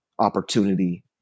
opportunity